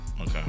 Okay